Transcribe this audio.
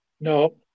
No